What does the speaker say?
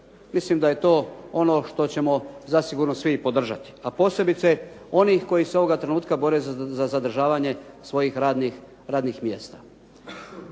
mislim da je to ono što ćemo svi zasigurno podržati, a posebice onih koji se ovog trenutka bore za zadržavanje svojih radnih mjesta.